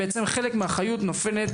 חלק מהאחריות הישירה תיפול,